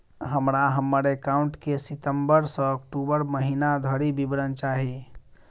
हमरा हम्मर एकाउंट केँ सितम्बर सँ अक्टूबर महीना धरि विवरण चाहि?